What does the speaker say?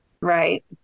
Right